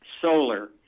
solar